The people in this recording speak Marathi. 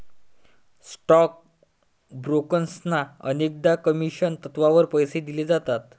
स्टॉक ब्रोकर्सना अनेकदा कमिशन तत्त्वावर पैसे दिले जातात